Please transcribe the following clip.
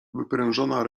wyprężona